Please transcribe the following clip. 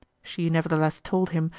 she nevertheless told him,